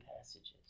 passages